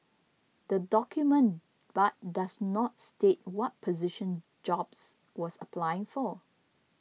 the document but does not state what position Jobs was applying for